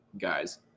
guys